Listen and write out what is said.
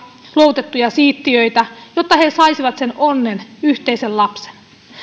luovutettuja siittiöitä jotta he saisivat sen onnen yhteisen